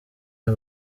aya